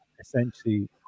essentially